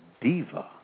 diva